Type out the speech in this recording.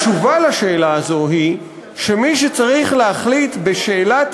התשובה על השאלה הזו היא שמי שצריך להחליט בשאלת